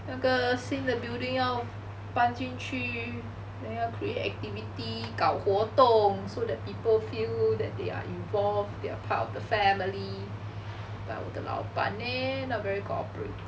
那个新的 building 要搬进去 then 要 create activity 搞活动 so that people feel that they are involved they are part of the family but 我的老板 leh not very cooperative